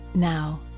now